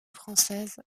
française